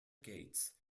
gates